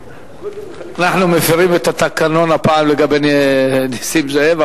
אנחנו מפירים את התקנון הפעם לגבי נסים זאב,